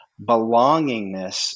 belongingness